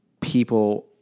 people